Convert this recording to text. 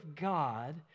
God